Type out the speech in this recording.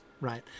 right